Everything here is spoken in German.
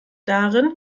darin